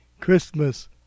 Christmas